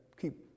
keep